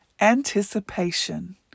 anticipation